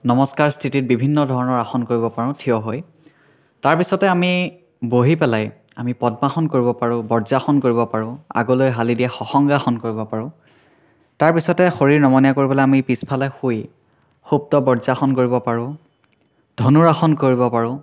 নমস্কাৰ স্থিতিত বিভিন্ন ধৰণৰ আসন কৰিব পাৰোঁ ঠিয় হৈ তাৰ পিছতে আমি বহি পেলাই আমি পদ্মাসন কৰিব পাৰোঁ বজ্ৰাসন কৰিব পাৰোঁ আগলৈ হালি দিয়া সংগাসন কৰিব পাৰোঁ তাৰ পিছতে শৰীৰ নমনীয় কৰিবলৈ আমি পিছফালে শুই শুপ্ত বজ্ৰাসন কৰিব পাৰোঁ ধনুৰাসন কৰিব পাৰোঁ